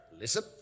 Listen